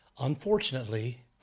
Unfortunately